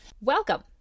Welcome